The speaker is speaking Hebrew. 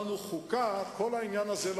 תוכנית כלכלית.